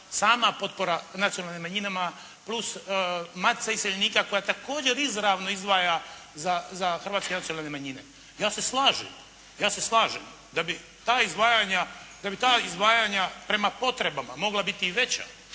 sama potpora nacionalnim manjinama plus Matica iseljenika također izravno izdvaja za hrvatske nacionalne manjine. Ja se slažem, ja se slažem da bi ta izdvajanja prema potrebama mogla biti i veća.